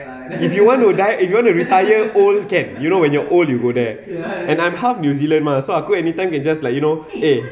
if you want to die if you wanna retire old can you know when you're old you go there and I'm half new zealand mah so aku anytime can just like you know eh